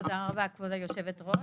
תודה רבה כבוד היושבת ראש,